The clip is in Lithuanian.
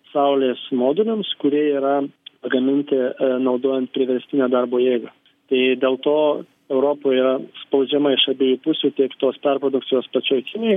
saulės moduliams kurie yra pagaminti naudojant priverstinio darbo jėgą tai dėl to europa yra spaudžiama iš abiejų pusių tiek tos perprodukcijos pačioj kinijoj